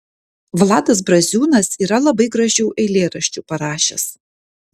vladas braziūnas yra labai gražių eilėraščių parašęs